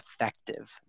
effective